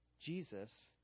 Jesus